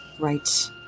right